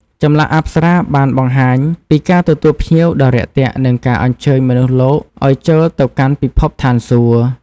ចម្លាក់អប្សរាបានបង្ហាញពីការទទួលភ្ញៀវដ៏រាក់ទាក់ និងការអញ្ជើញមនុស្សលោកឲ្យចូលទៅកាន់ពិភពស្ថានសួគ៌។